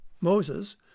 Moses